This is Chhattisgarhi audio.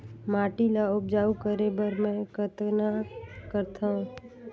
माटी ल उपजाऊ करे बर मै कतना करथव?